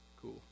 Cool